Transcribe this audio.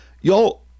Y'all